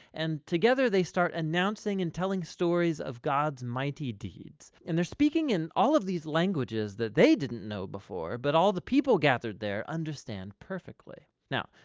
and together they start announcing and telling stories of god's mighty deeds, and they're speaking in all of these languages that they didn't know before, but all the people gathered there understand perfectly. now,